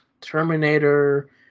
Terminator